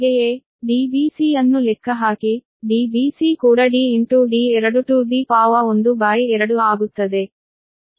ಹಾಗೆಯೇ Dbc ಅನ್ನು ಲೆಕ್ಕಹಾಕಿ Dbc ಕೂಡ 12 ಆಗುತ್ತದೆ